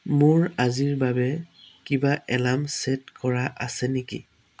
মোৰ আজিৰ বাবে কিবা এলাৰ্ম চে'ট কৰা আছে নেকি